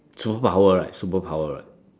superpower right superpower right